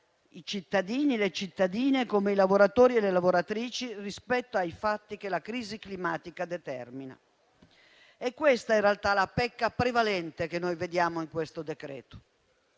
i cittadini e le cittadine, come i lavoratori e le lavoratrici, rispetto ai fatti che la crisi climatica determina. È questa in realtà la pecca prevalente che vediamo nel decreto-legge